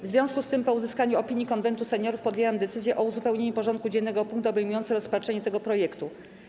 W związku z tym, po uzyskaniu opinii Konwentu Seniorów, podjęłam decyzję o uzupełnieniu porządku dziennego o punkt obejmujący rozpatrzenie tego projektu.